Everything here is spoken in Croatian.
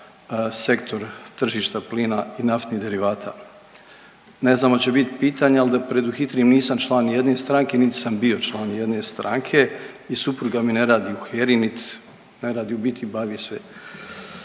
Sektor tržišta plina i naftnih derivata. Ne znam hoće bit pitanja, ali da preduhitrim nisam član nijedne stranke niti dam bio član nijedne stranke i supruga mi ne radi u HERA-i nit ne radi u biti bavi se